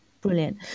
brilliant